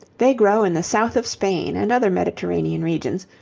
they grow in the south of spain and other mediterranean regions,